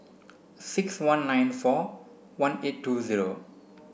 six one nine four one eight two zero